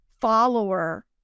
follower